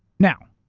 now,